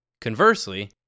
Conversely